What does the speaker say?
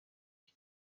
iki